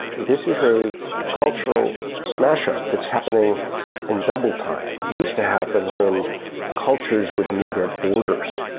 this is a cultural smash-up that's happening in double-time. it used to happen when cultures would meet at borders,